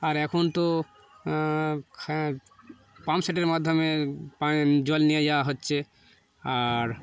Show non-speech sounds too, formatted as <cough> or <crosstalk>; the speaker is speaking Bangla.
আর এখন তো <unintelligible> পাম্পসেটের মাধ্যমে পা জল নিয়ে যাওয়া হচ্ছে আর